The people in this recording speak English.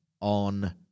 on